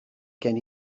gen